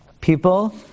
people